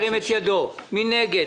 מי נגד?